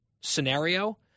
scenario